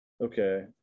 Okay